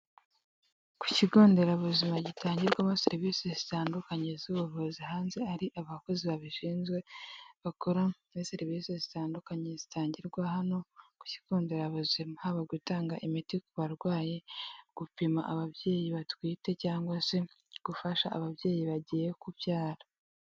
Ku kigo nderabuzima gitangirwamo serivisi zitandukanye z'ubuvuzi, hanze ari abakozi babishinzwe bakora muri serivisi zitandukanye zitangirwa hano ku kigo nderabuzima haba gutanga imiti ku barwayi, gupima ababyeyi batwite cyangwa se gufasha ababyeyi bagiye kubyara.